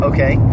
Okay